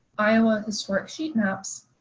iowa historic sheet maps,